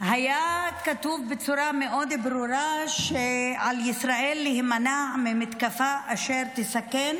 היה כתוב בצורה מאוד ברורה שעל ישראל להימנע ממתקפה אשר תסכן